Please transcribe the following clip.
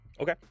Okay